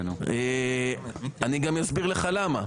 אני גם אסביר למה.